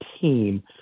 team